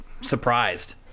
surprised